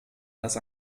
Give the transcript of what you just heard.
dass